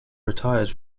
retired